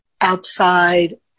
outside